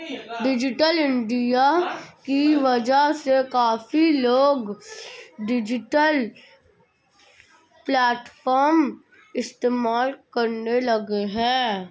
digital India की वजह से काफी लोग डिजिटल प्लेटफ़ॉर्म इस्तेमाल करने लगे हैं